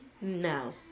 no